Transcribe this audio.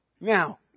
Now